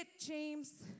James